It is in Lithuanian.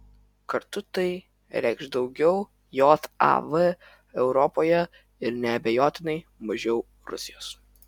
kartu tai reikš daugiau jav europoje ir neabejotinai mažiau rusijos